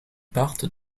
partent